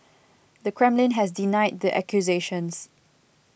the Kremlin has denied the accusations